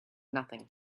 nothing